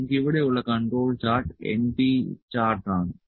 നമുക്ക് ഇവിടെയുള്ള control chart np chart ആണ്